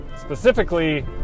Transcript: specifically